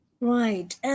Right